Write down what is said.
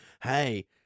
hey